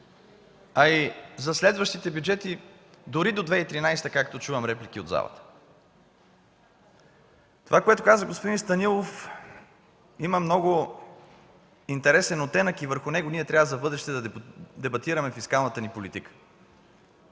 а и за следващите бюджети, дори до 2013 г., както чувам реплики от залата. Това, което каза господин Станилов, има много интересен оттенък и върху него ние трябва за в бъдеще да дебатираме фискалната неполитика